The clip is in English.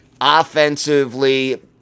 offensively